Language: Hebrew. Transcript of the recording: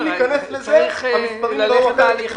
המספרים מדברים.